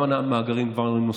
גם על המאגרים ועל דברים נוספים.